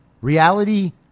Reality